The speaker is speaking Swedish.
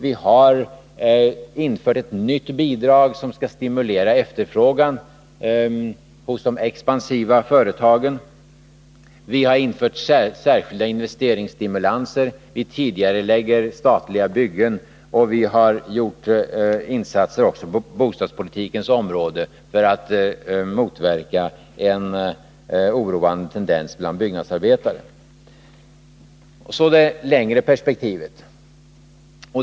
Vi har infört ett nytt bidrag som skall stimulera efterfrågan hos de expansiva företagen. Vi har infört särskilda investeringsstimulanser. Vi tidigarelägger statliga byggen, och vi har gjort insatser på bostadspolitikens område för att motverka en oroande tendens bland byggnadsarbetarna. Så det längre perspektivet.